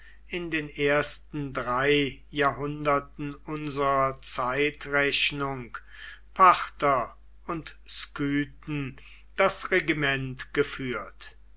in den ersten drei jahrhunderten unserer zeitrechnung parther und skythen das regiment geführt